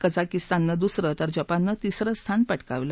कझागिस्ताननं दुसरं तर जपाननं तीसरं स्थान पटकावलं